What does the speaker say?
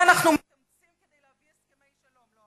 אנחנו מתאמצים כדי להביא הסכמי שלום?